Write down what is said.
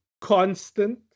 constant